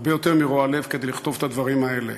הרבה יותר מרוע לב, כדי לכתוב את הדברים האלה.